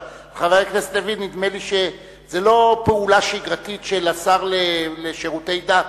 נדמה לי שזאת לא פעולה שגרתית של השר לשירותי דת,